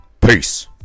Peace